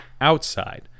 outside